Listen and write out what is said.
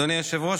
אדוני היושב-ראש,